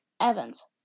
Evans